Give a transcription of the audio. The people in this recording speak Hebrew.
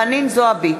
אינו נוכח חנין זועבי,